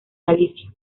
galicia